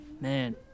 Man